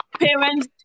parents